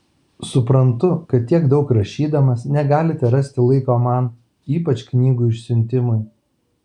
suprantu kad tiek daug rašydamas negalite rasti laiko man ypač knygų išsiuntimui